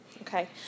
Okay